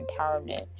empowerment